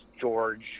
George